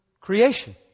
creation